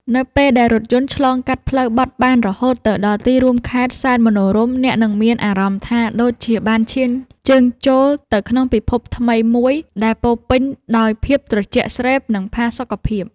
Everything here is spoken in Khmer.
នៅពេលដែលរថយន្តឆ្លងកាត់ផ្លូវបត់បែនរហូតទៅដល់ទីរួមខេត្តសែនមនោរម្យអ្នកនឹងមានអារម្មណ៍ថាដូចជាបានឈានជើងចូលទៅក្នុងពិភពថ្មីមួយដែលពោរពេញដោយភាពត្រជាក់ស្រេប និង ផាសុកភាព។